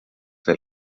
veel